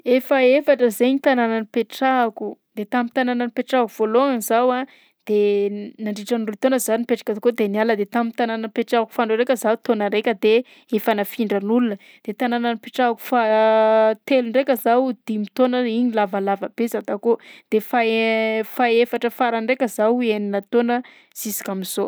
Efa efatra zay ny tanàna nipetrahako, de tamin'ny tanàna nipetrahako voalohany zao a de nadritran'ny roa taona zaho nipetraka takao de niala, de tamin'ny tanàna nipetrahako faharoy ndraika zaho de taona raika de efa nafindran'olona, de tanàna nipetrahako faha- telo ndraika zao dimy taona igny lavalava be za takao, de faha- fahaefatra farany ndraika zaho enina taona jusk'am'zao.